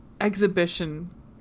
exhibition